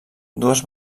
dues